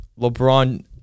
LeBron